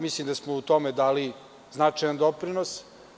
Mislim da smo u tome dali značajan doprinos.